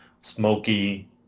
smoky